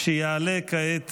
שיעלה כעת